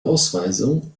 ausweisung